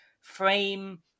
frame